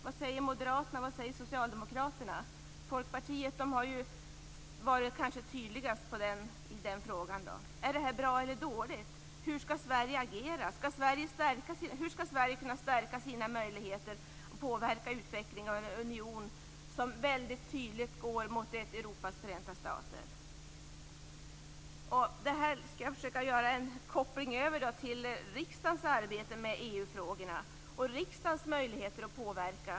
Vad säger Moderaterna, och vad säger Socialdemokraterna? Folkpartiet har varit tydligast i den frågan. Är det bra eller dåligt? Hur skall Sverige agera? Hur skall Sverige kunna stärka sina möjligheter att påverka utvecklingen av en union som väldigt tydligt går mot ett Europas förenta stater? Jag skall försöka göra en koppling över till riksdagens arbete med EU-frågorna och riksdagens möjligheter att påverka.